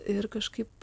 ir kažkaip